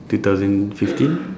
two thousand fifteen